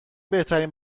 بهترین